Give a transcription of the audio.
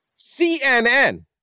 CNN